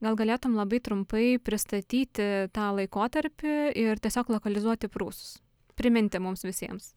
gal galėtum labai trumpai pristatyti tą laikotarpį ir tiesiog lokalizuoti prūsus priminti mums visiems